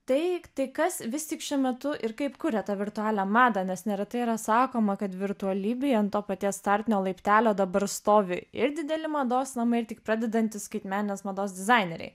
tai tai kas vis tik šiuo metu ir kaip kuria tą virtualią madą nes neretai yra sakoma kad virtualybėj ant to paties startinio laiptelio dabar stovi ir didelį mados namai ir tik pradedantys skaitmeninės mados dizaineriai